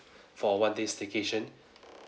for one day staycation